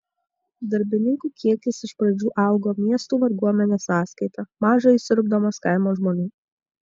darbininkų kiekis iš pradžių augo miestų varguomenės sąskaita maža įsiurbdamas kaimo žmonių